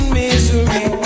misery